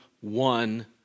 one